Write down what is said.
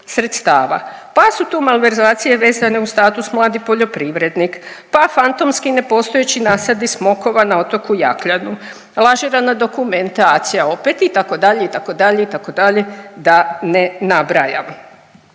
Pa su tu malverzacije vezana uz status Mladi poljoprivrednik, pa fantomski nepostojeći nasadi smokava na otoku Jakljanu, lažirana dokumentacija opet itd., itd., itd., da ne nabrajam.